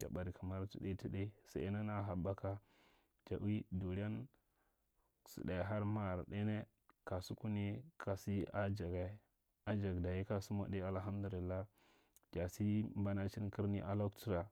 ja ɓada kamar taka ɗai ta ɗai, sal’nan a haɓaka ja ui ɗuran saɗa, ta har maker ɗainya, kasukun ye ka sa a jaga, a jag dayi ka sa mwa ɗai alhamdulilla ja sa mbanachin karai a bakira.